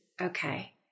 okay